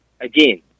again